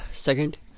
Second